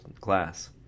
class